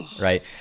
right